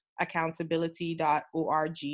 accountability.org